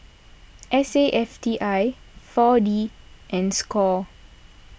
S A F T I four D and Score